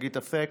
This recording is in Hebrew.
שגית אפיק,